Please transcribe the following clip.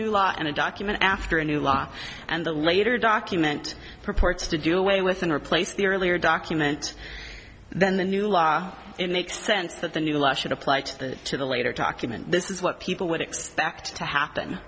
new law and a document after a new law and the later document purports to do away with and replace the earlier document then the new law in the sense that the new law should apply to the to the later talk human this is what people would expect to